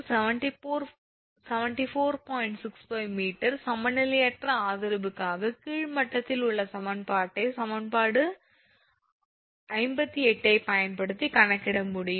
65 𝑚 சமநிலையற்ற ஆதரவுக்காக கீழ் மட்டத்தில் உள்ள சமன்பாட்டை சமன்பாடு 58 ஐப் பயன்படுத்தி கணக்கிட முடியும்